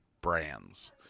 brands